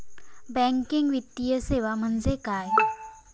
Banking वित्तीय सेवा म्हणजे काय?